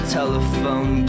telephone